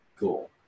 Cool